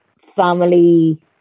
family